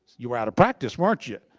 you were out of practice, weren't you?